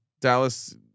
Dallas